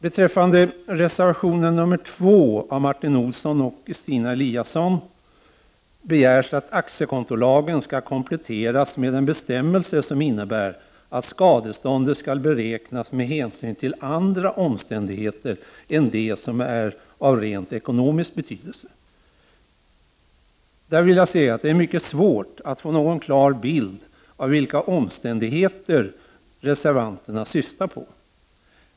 I reservation 2 av Martin Olsson och Stina Eliasson begärs att aktiekontolagen skall kompletteras med en bestämmelse, som innebär att skadeståndet skall beräknas med hänsyn till andra omständigheter än sådana som är av rent ekonomisk betydelse. Det är mycket svårt att få någon klar bild av vilka omständigheter reservanterna syftar på.